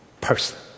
person